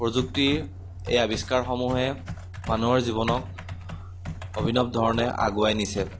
প্ৰযুক্তিৰ এই আৱিষ্কাৰসমূহে মানুহৰ জীৱনক অভিনৱ ধৰণে আগুৱাই নিছে